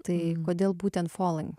tai kodėl būtent falling